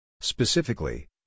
Specifically